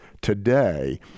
today